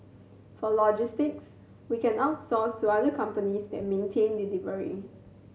for logistics we can outsource to other companies that maintain delivery